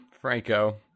Franco